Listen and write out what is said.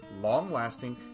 long-lasting